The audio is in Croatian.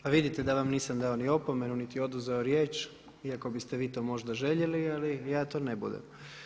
Pa vidite da vam nisam dao ni opomenu, niti oduzeo riječ iako biste vi to možda željeli ali ja to ne budem.